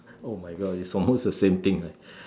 oh my god it's almost the same thing right